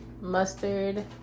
mustard